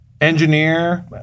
engineer